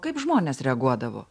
kaip žmonės reaguodavo